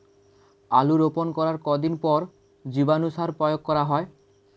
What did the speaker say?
আলু রোপণ করার কতদিন পর জীবাণু সার প্রয়োগ করা হয়?